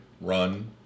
run